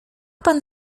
pan